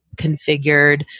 configured